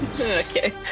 okay